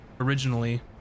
originally